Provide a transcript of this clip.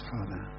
Father